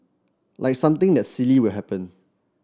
like something that silly will happen